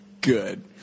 good